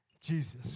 Jesus